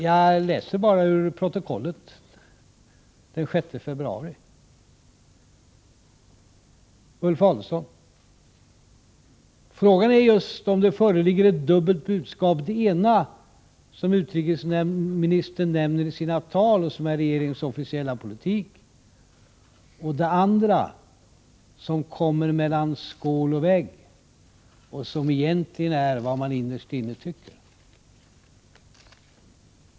Jag läser bara ur protokollet för den 6 februari, där Ulf Adelsohn säger: Frågan är just om det föreligger ett dubbelt budskap: det ena, det som utrikesministern nämner i sina tal och som är regeringens officiella politik, och det andra som kommer mellan skål och vägg och som egentligen är vad man innerst inne tycker.